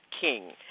King